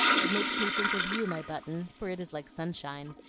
it makes me think of you, my button, for it is like sunshine,